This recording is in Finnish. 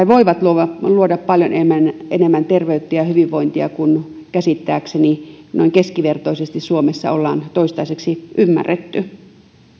voivat luoda paljon enemmän terveyttä ja hyvinvointia kuin käsittääkseni noin keskivertoisesti suomessa ollaan toistaiseksi ymmärretty